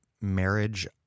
marriage